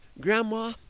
Grandma